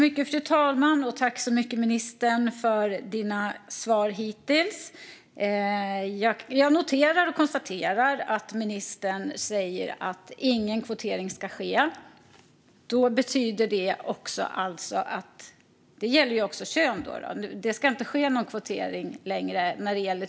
Fru talman! Tack så mycket, ministern, för dina svar hittills! Jag noterar och konstaterar att ministern säger att ingen kvotering ska ske. Det betyder alltså att det också gäller kön. Det ska inte längre ske någon kvotering till bolagsstyrelser.